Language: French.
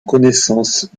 connaissance